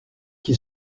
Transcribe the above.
qui